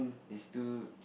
they still